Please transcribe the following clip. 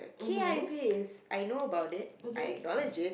K_I_V is I know about it I acknowledge it